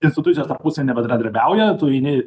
institucijos tarpusavy nebendradarbiauja tu eini